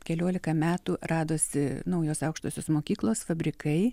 keliolika metų radosi naujos aukštosios mokyklos fabrikai